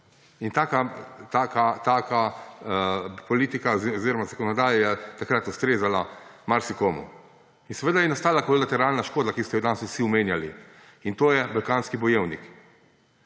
In taka politika oziroma zakonodaja je takrat ustrezala marsikomu. In seveda je nastala kolateralna škoda, ki ste jo danes vsi omenjali, in to je Balkanski bojevnik.